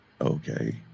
Okay